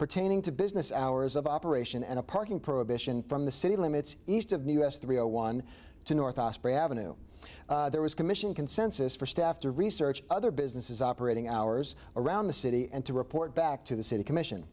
pertaining to business hours of operation and a parking prohibition from the city limits east of new us three zero one to north avenue there was commission consensus for staff to research other businesses operating hours around the city and to report back to the city commission